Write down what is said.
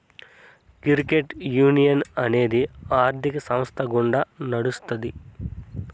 credit union అనేది ఆర్థిక సంస్థ గుండా నడుత్తాది